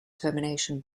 termination